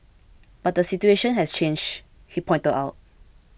but the situation has changed he pointed out